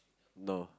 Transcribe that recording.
no